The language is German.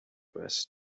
west